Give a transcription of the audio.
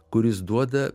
kuris duoda